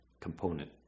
component